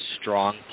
strong